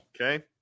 Okay